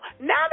now